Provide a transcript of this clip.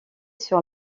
sur